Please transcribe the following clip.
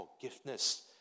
forgiveness